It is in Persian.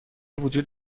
وجود